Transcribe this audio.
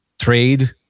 trade